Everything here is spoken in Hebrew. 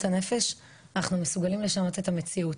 הנפש אנחנו מסוגלים לשנות את המציאות.